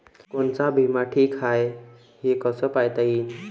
कोनचा बिमा ठीक हाय, हे कस पायता येईन?